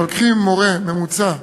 אבל קחי מורה ממוצע,